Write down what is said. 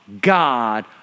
God